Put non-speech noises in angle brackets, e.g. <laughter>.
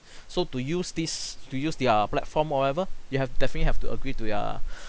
<breath> so to use this to use their platform or whatever you have definitely have to agree to their <breath>